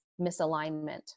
misalignment